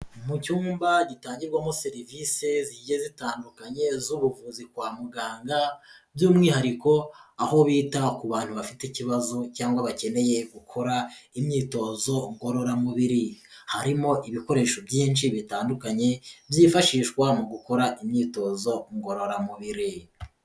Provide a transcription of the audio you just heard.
Mu cyumba gitangirwamo serivisi zigiye zitandukanye z'ubuvuzi kwa muganga, by'umwihariko aho bita ku bantu bafite ikibazo, cyangwa bakeneye gukora imyitozo ngororamubiri, harimo ibikoresho byinshi bitandukanye byifashishwa mu gukora imyitozo ngororamubiri.